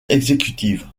exécutive